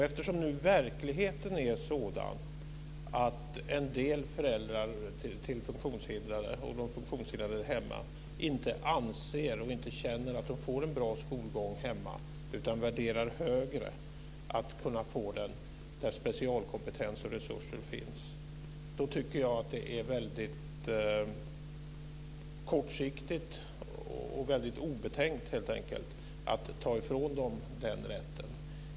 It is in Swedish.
Eftersom verkligheten nu är sådan att en del föräldrar till funktionshindrade inte anser och inte känner att de får en bra skolgång hemma utan värderar högre att kunna få den där specialkompetens och resurser finns, tycker jag att det är väldigt kortsiktigt och obetänkt att ta ifrån dem den rätten.